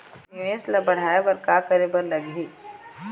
निवेश ला बढ़ाय बर का करे बर लगही?